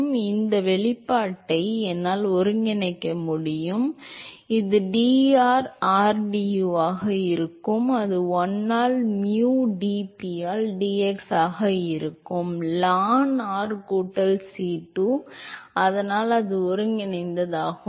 எனவே இந்த வெளிப்பாட்டை என்னால் ஒருங்கிணைக்க முடியும் எனவே இது dr ஆல் rdu ஆக இருக்கும் அது 1 ஆல் mu dp ஆல் dx ஆக இருக்கும் ln r கூட்டல் C2 அதனால் அதுவே ஒருங்கிணைந்ததாகும்